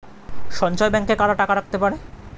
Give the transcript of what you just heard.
সঞ্চয় ব্যাংকে কারা টাকা রাখতে পারে?